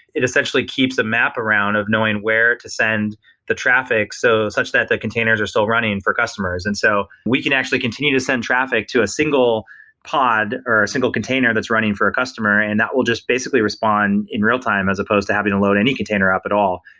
it essentially keeps a map around of knowing where to send the traffic, so such that the containers are still running for customers. and so we can actually continue to send traffic to a single pod, or a single container that's running for a customer and that will just basically respond in real-time as opposed to having to load any container up at all,